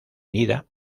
unida